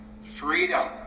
Freedom